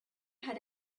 had